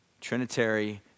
Trinitarian